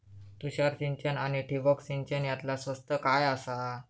तुषार सिंचन आनी ठिबक सिंचन यातला स्वस्त काय आसा?